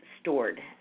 stored